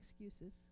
excuses